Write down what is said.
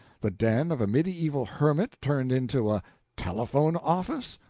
the den of a mediaeval hermit turned into a telephone office!